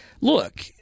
look